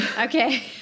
Okay